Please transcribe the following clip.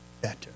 better